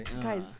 Guys